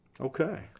okay